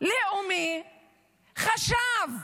הלאומי חשב,